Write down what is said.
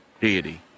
deity